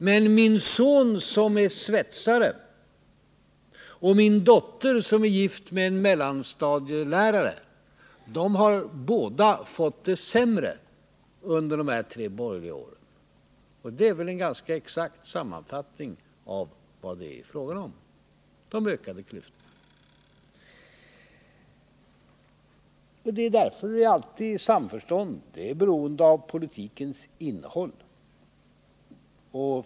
Men min son, som är svetsare, och min dotter, som är gift med en mellanstadielärare, har båda fått det sämre under de här tre borgerliga åren. — Det är väl ändå en ganska exakt sammanfattning av vad det är fråga om: de ökade klyftorna. Samförstånd är alltid beroende av politikens innehåll.